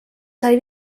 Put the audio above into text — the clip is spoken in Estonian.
sai